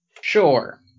Sure